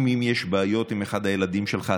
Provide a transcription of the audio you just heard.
אם יש בעיות עם אחד הילדים שלך,